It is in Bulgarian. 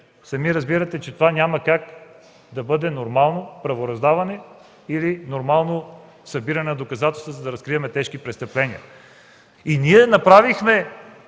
ден. Разбирате сами, че това не може да бъде нормално правораздаване или нормално събиране на доказателства, за да разкрием тежки престъпления! Ние направихме